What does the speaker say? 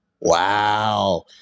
Wow